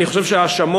אני חושב שההאשמות